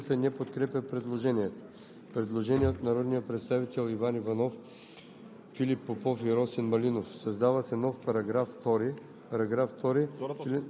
2 т. 10 се отменя. 2. Ал. 4 се отменя.“ Комисията не подкрепя предложението. Предложение от народните представители Иван Иванов,